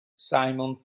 simon